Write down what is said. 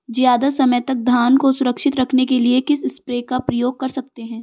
ज़्यादा समय तक धान को सुरक्षित रखने के लिए किस स्प्रे का प्रयोग कर सकते हैं?